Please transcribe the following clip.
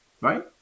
right